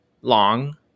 long